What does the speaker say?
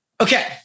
Okay